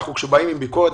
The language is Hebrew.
כשאנחנו באים עם ביקורת,